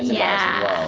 yeah.